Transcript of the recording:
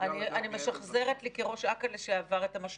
משמעתי של עובדי המדינה,